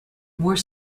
more